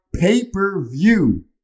pay-per-view